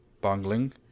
bungling